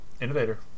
Innovator